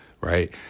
Right